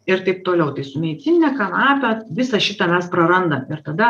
ir taip toliau tai su medicinine kanape visą šitą mes prarandam ir tada